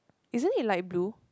isn't it light blue